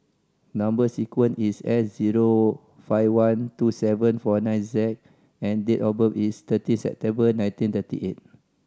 number sequence is S zero five one two seven four nine Z and date of birth is thirteen September nineteen thirty eight